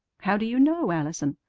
how do you know, allison?